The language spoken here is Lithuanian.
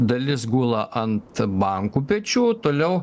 dalis gula ant bankų pečių toliau